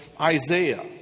Isaiah